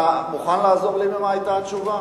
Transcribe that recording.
אתה מוכן לעזור לי במה היתה התשובה?